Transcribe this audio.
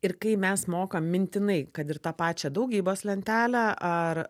ir kai mes mokam mintinai kad ir tą pačią daugybos lentelę ar